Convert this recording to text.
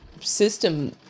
system